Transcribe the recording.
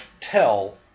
tell